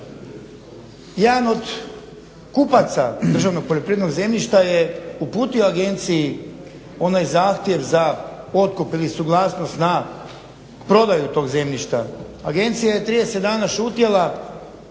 Jedan od kupaca državnog poljoprivrednog zemljišta je uputio agenciji onaj zahtjev za otkup ili suglasnost na prodaju tog zemljišta. Agencija je 30 dana šutjela,